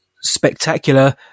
spectacular